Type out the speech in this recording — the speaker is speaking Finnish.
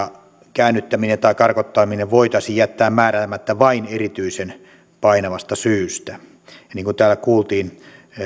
käännyttäminen tai karkottaminen voitaisiin jättää määräämättä vain erityisen painavasta syystä ja niin kuin täällä kuultiin